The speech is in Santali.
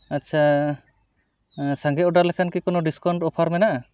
ᱟᱪᱪᱷᱟ ᱥᱟᱝᱜᱮ ᱚᱰᱟᱨ ᱞᱮᱠᱷᱟᱱᱠᱤ ᱠᱳᱱᱚ ᱰᱤᱥᱠᱟᱣᱩᱱᱴ ᱚᱯᱷᱟᱨ ᱢᱮᱱᱟᱜᱼᱟ